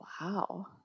Wow